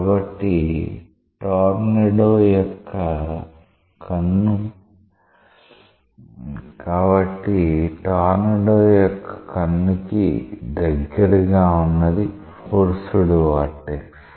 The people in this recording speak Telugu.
కాబట్టి టోర్నడో యొక్క కన్ను కి దగ్గరగా ఉన్నది ఫోర్స్డ్ వొర్టెక్స్